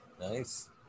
Nice